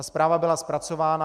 Zpráva byla zpracována.